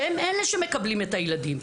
שהם אלה שמקבלים את הילדים,